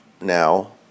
now